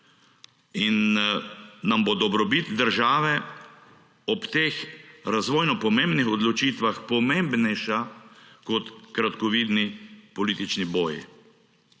in nam bo dobrobit države ob teh razvojno pomembnih odločitvah pomembnejša kot kratkovidni politični boj.